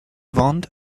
ventes